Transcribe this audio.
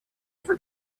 ever